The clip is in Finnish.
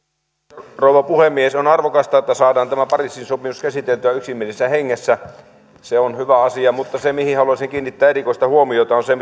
arvoisa rouva puhemies on arvokasta että saadaan tämä pariisin sopimus käsiteltyä yksimielisessä hengessä se on hyvä asia mutta se mihin haluaisin kiinnittää erikoista huomiota on se